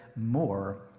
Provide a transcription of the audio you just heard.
more